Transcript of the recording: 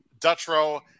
Dutro